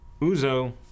Uzo